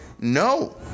no